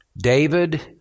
David